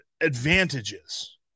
advantages